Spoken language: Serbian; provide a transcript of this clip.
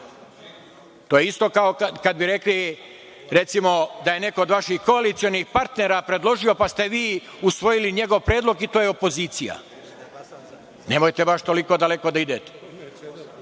To je isto kao kad bi rekli da je, recimo, neko od vaših koalicionih partnera predložio, pa ste usvojili njegov predlog, i to je opozicija. Nemojte baš toliko daleko da